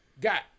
got